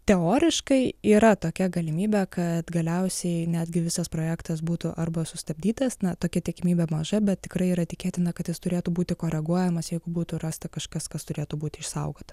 teoriškai yra tokia galimybė kad galiausiai netgi visas projektas būtų arba sustabdytas na tokia tikimybė maža bet tikrai yra tikėtina kad jis turėtų būti koreguojamas jeigu būtų rasta kažkas kas turėtų būti išsaugota